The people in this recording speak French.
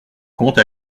compte